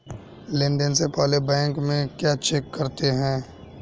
Loan देने से पहले बैंक में क्या चेक करते हैं?